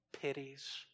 pities